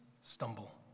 stumble